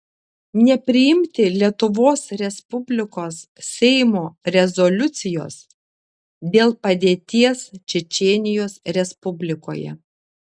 nepriimti lietuvos respublikos seimo rezoliucijos dėl padėties čečėnijos respublikoje